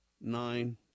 nine